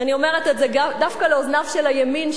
ואני אומרת את זה דווקא לאוזניו של הימין,